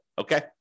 Okay